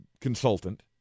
consultant